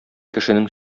кешенең